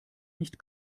nicht